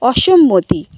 অসম্মতি